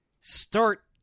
start